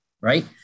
right